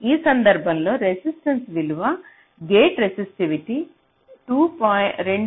ఈ సందర్భంలో రెసిస్టెన్స విలువ గేట్స్ రెసిస్టివిటీకి 2